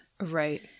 Right